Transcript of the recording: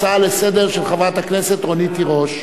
הצעה לסדר-היום של חברת הכנסת רונית תירוש.